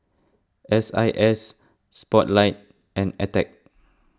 S I S Spotlight and Attack